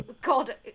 God